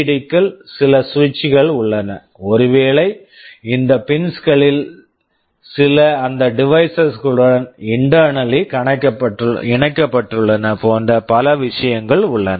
D LED க்கள் சில சுவிட்சு switch கள் உள்ளன ஒருவேளை இந்த பின்ஸ் pins களில் சில அந்த டிவைஸஸ் devices களுடன் இன்டெர்னல்லி internally இணைக்கப்பட்டுள்ளன போன்ற பல விஷயங்கள் உள்ளன